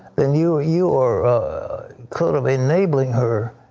then you you are kind of enabling her.